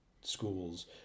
schools